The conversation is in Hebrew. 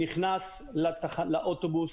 נכנס לאוטובוס.